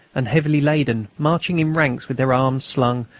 and heavily laden, marching in ranks with their arms slung,